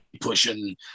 pushing